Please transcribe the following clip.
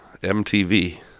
mtv